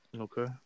Okay